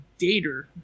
dater